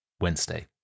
Wednesday